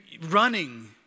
running